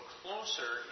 closer